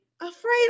Afraid